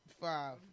five